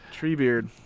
Treebeard